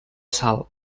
sal